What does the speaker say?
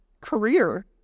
career